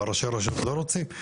מה, ראשי הרשויות לא רוצים לתכנן?